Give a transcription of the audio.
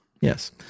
Yes